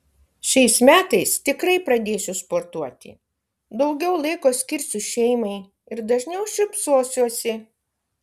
šiais metais tikrai pradėsiu sportuoti daugiau laiko skirsiu šeimai ir dažniau šypsosiuosi